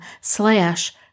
slash